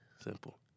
Simple